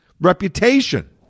reputation